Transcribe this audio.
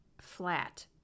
flat